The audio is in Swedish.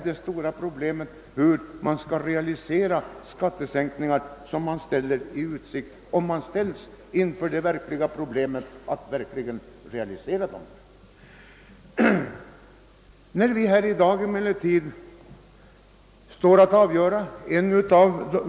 Det stora problemet är just hur man skall kunna genomföra skattesänkningarna, om man verkligen ställs inför kravet att göra det.